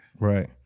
right